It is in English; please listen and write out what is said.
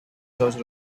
george